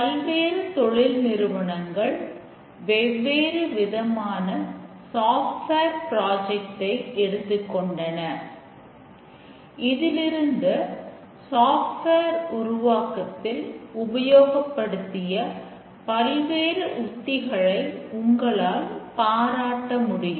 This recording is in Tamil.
பல்வேறு தொழில் நிறுவனங்கள் வெவ்வேறு விதமான சாஃப்ட்வேர் பிராஜக்ட் உருவாக்கத்தில் உபயோகப்படுத்திய பல்வேறு உக்திகளை உங்களால் பாராட்ட முடியும்